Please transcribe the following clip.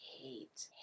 hate